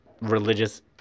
religious